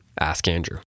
askandrew